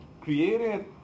created